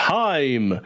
time